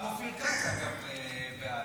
גם אופיר כץ, אגב, בעד.